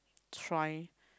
try